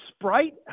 Sprite